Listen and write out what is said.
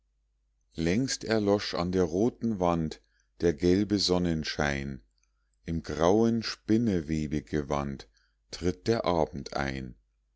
längst erlosch an der roten wand der gelbe sonnenschein im grauen spinnewebegewand tritt der abend ein